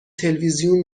تلویزیون